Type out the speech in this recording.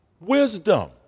Wisdom